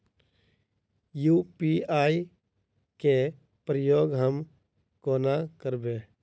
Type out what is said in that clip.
UPI केँ प्रयोग हम कोना करबे?